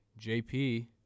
jp